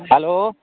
hello